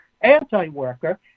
anti-worker